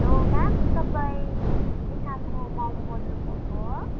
hello ma'am तपाईँ नेहाको मम बोल्नु भएको हो